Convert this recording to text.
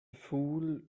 fool